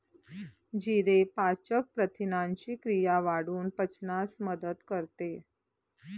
जिरे पाचक प्रथिनांची क्रिया वाढवून पचनास मदत करते